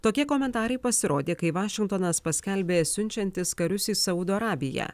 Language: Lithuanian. tokie komentarai pasirodė kai vašingtonas paskelbė siunčiantis karius į saudo arabiją